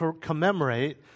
commemorate